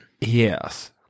Yes